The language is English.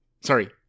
Sorry